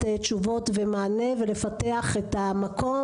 הסדרת יישובים ופיתוח תשתית במגזר הבדואי של חינוך,